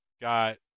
got